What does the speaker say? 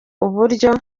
uburyo